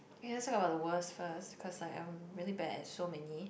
ya so I'm the world's first because I am really bad at so many